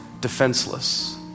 defenseless